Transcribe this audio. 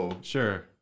Sure